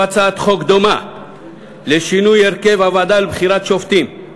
הצעת חוק דומה לשינוי הרכב הוועדה לבחירת שופטים,